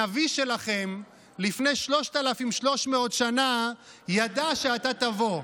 הנביא שלכם לפני 3,300 שנה ידע שאתה תבוא.